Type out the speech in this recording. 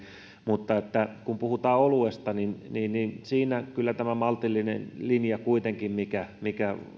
mutta kun puhutaan oluesta niin siinä kuitenkin tämä maltillinen linja mikä mikä